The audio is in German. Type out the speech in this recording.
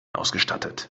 ausgestattet